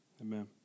Amen